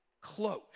close